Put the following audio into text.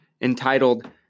entitled